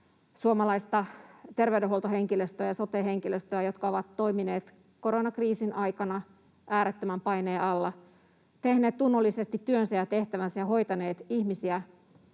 suomalaista terveydenhuoltohenkilöstöä ja sote-henkilöstöä, jotka ovat toimineet koronakriisin aikana äärettömän paineen alla, tehneet tunnollisesti työnsä ja tehtävänsä ja hoitaneet ihmisiä,